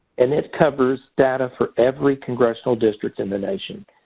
and it covers data for every congressional district in the nation.